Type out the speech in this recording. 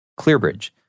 Clearbridge